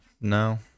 No